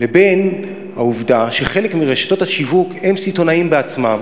לבין העובדה שחלק מרשתות השיווק הן סיטונאיות בעצמן.